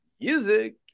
music